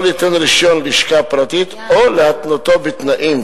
ליתן רשיון לשכה פרטית או להתנותו בתנאים,